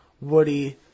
Woody